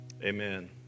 Amen